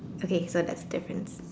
okay so that's the difference